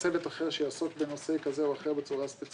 או צוות אחר שיעסוק בנושא כזה או אחר שיעסוק